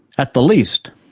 at the least,